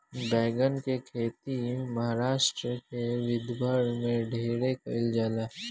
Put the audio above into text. बैगन के खेती महाराष्ट्र के विदर्भ में ढेरे कईल जाला